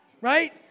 right